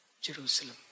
Jerusalem